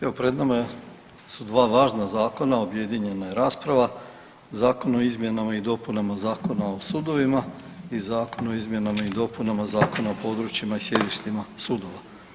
Evo pred nama su dva važna zakona, objedinjena je rasprava Zakon o izmjenama i dopunama Zakona o sudovima i Zakon o izmjenama i dopunama Zakona o područjima i sjedištima sudova.